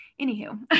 anywho